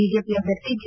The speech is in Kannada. ಬಿಜೆಪಿ ಅಭ್ಯರ್ಥಿ ಜಿ